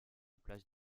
place